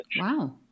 Wow